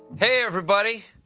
hey, everybody.